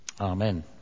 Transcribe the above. Amen